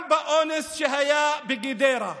גם באונס שהיה בגדרה,